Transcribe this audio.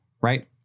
Right